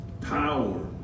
power